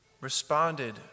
responded